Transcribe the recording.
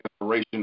inspiration